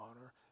honor